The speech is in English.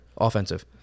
Offensive